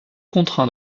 contraint